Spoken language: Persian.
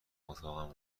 اتاقم